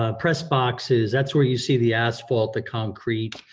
ah press boxes, that's where you see the asphalt, the concrete,